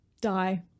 Die